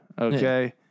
Okay